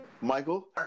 Michael